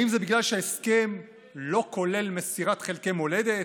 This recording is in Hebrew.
האם זה בגלל שההסכם לא כולל מסירת חלקי מולדת